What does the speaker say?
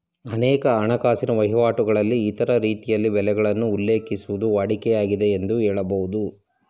ಅನೇಕ ಹಣಕಾಸಿನ ವಹಿವಾಟುಗಳಲ್ಲಿ ಇತರ ರೀತಿಯಲ್ಲಿ ಬೆಲೆಗಳನ್ನು ಉಲ್ಲೇಖಿಸುವುದು ವಾಡಿಕೆ ಆಗಿದೆ ಎಂದು ಹೇಳಬಹುದು